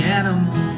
animal